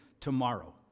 tomorrow